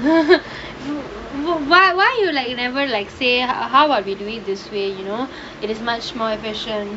why why you like you never like say how are we doing this way you know it is much more efficient